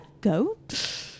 goat